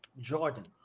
Jordan